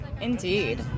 Indeed